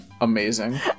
Amazing